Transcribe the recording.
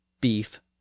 beef